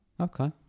okay